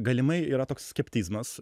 galimai yra toks skeptizmas